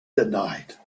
denied